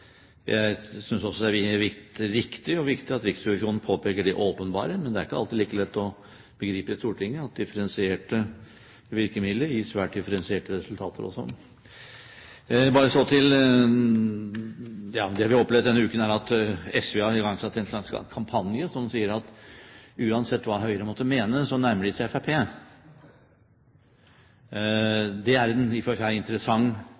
Jeg synes også det er riktig og viktig at Riksrevisjonen påpeker det åpenbare. Men det er ikke alltid like lett å begripe i Stortinget at differensierte virkemidler gir svært differensierte resultater også. Det vi har opplevd denne uken, er at SV har igangsatt en slags kampanje som sier at uansett hva Høyre måtte mene, nærmer de seg Fremskrittspartiet. Det er i og for seg en interessant